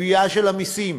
הגבייה של המסים,